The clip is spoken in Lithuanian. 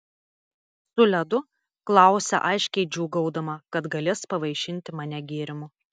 su ledu klausia aiškiai džiūgaudama kad galės pavaišinti mane gėrimu